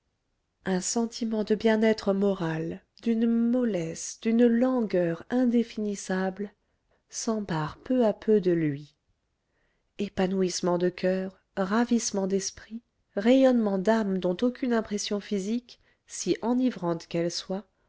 un sentiment de bien-être moral d'une mollesse d'une langueur indéfinissables s'empare peu à peu de lui épanouissement de coeur ravissement d'esprit rayonnement d'âme dont aucune impression physique si enivrante qu'elle soit